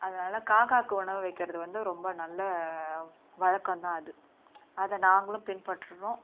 அதனால் காக்காவுக்கு உணவு வைக்கிறது வந்து ரொம்ப நல்ல வழக்கம்தான் அது அதை நாங்களும் பின்பற்றுகிறோம்